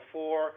Four